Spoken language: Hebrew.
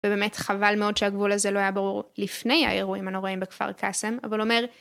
ובאמת חבל מאוד שהגבול הזה לא היה ברור לפני האירועים הנוראיים בכפר קאסם, אבל אומר